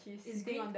is green